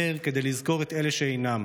נר כדי לזכור את אלה שאינם,